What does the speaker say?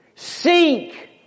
Seek